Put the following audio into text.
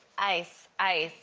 ice, ice,